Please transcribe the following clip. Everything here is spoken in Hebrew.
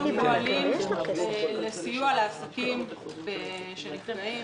אנחנו פועלים לסיוע לעסקים שנקלעים